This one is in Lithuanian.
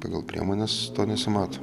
pagal priemones to nesimato